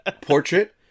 portrait